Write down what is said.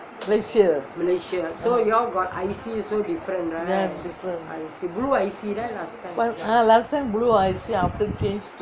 malaysia ya different ya last time blue I_C after change